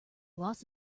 loss